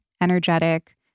energetic